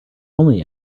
only